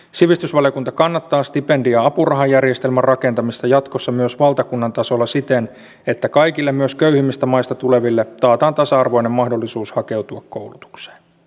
sivistysvaliokunta kannattaa stipendi ja apurahajärjestelmän rakentamista jatkossa myös valtakunnan tasolla siten että kaikille myös köyhimmistä maista tuleville taataan tasa arvoinen mahdollisuus hakeutua koulutukseen